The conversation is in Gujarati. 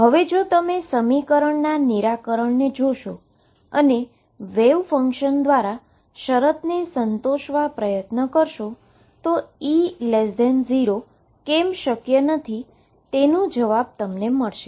હવે જો તમે સમીકરણના નિરાકરણને જોશો અને વેવ ફંક્શન દ્વારા શરતને સંતોષવા પ્રયત્ન કરશો તો E 0 કેમ શક્ય નથી તેનો જવાબ તમને મળશે